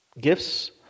gifts